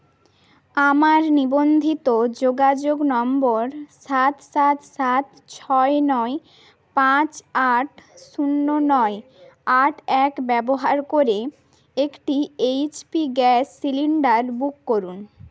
আমার নিবন্ধিত যোগাযোগ নম্বর সাত সাত সাত ছয় নয় পাঁচ আট শূন্য নয় আট এক ব্যবহার করে একটি H P gas cylinder book করুন